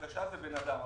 זה בן אדם.